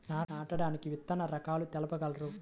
నాటడానికి విత్తన రకాలు తెలుపగలరు?